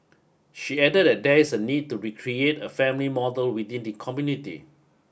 she added that there is a need to be create a family model within the community